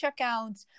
checkouts